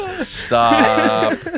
Stop